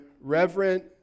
reverent